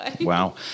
Wow